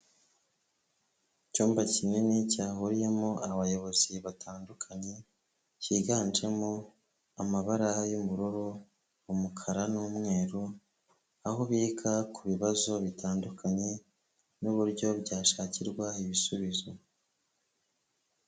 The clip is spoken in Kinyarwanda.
Icyumba kinini cyahuriyemo abayobozi batandukanye cyiganjemo amabara y'ubururu, umukara, n'umweru. aho biga ku bibazo bitandukanye nuburyo byashakirwa ibisubizo.